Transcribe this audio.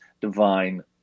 divine